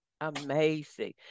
Amazing